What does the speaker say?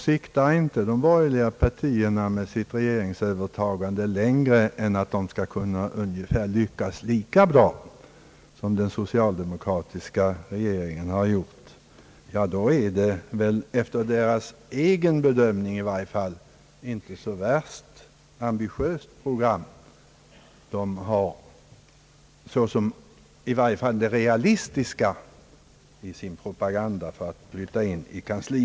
Siktar inte de borgerliga partierna med sitt maktövertagande längre än att de skall lyckas ungefär lika bra som den socialdemokratiska regeringen har gjort, då har de väl inte något särskilt ambitiöst program, efter sin egen bedömning.